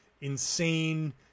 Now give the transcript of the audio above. insane